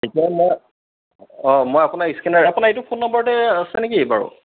এতিয়া মই অঁ মই আপোনাক স্কেনাৰ আপোনাৰ এইটো ফোন নাম্বাৰতে আছে নে কি বাৰু